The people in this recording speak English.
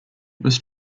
was